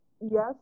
Yes